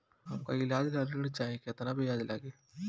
हमका ईलाज ला ऋण चाही केतना ब्याज लागी?